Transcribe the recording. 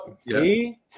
See